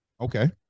okay